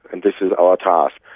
and this is our task.